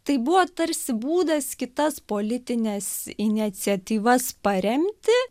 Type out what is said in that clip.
tai buvo tarsi būdas kitas politines iniciatyvas paremti